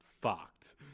fucked